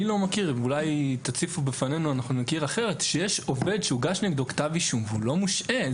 אני לא מכיר שיש עובד שהוגש נגדו כתב אישום והוא לא מושעה.